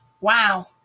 Wow